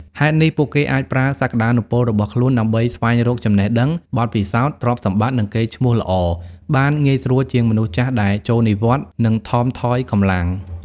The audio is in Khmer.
ហេតុនេះ ពួកគេអាចប្រើសក្ដានុពលរបស់ខ្លួនដើម្បីស្វែងរកចំណេះដឹង បទពិសោធន៍ ទ្រព្យសម្បត្តិ និងកេរ្ដិ៍ឈ្មោះល្អ បានងាយស្រួលជាងមនុស្សចាស់ដែលចូលនិវត្តន៍និងថមថយកម្លាំង។